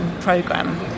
program